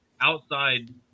outside